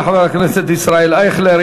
תודה לחבר הכנסת ישראל אייכלר.